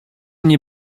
nie